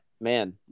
man